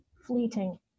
fleeting